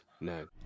No